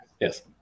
Yes